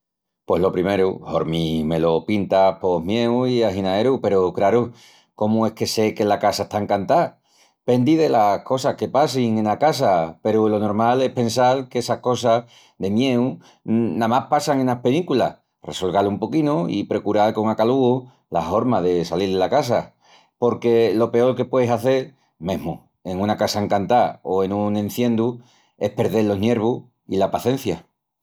Pos lo primeru, hormi me lo pintas pos mieu i aginaeru peru, craru, comu es que sé que la casa está encantá? Pendi delas cosas que passin ena casa peru lo normal es pensal qu'essas cosas de mieu namás passan enas penículas, resolgal un poquinu i precural con acalugu la horma de salil dela casa. Porque lo peol que pueis hazel, mesmu en una casa encantá o en un enciendu es perdel los niervus i la pacencia.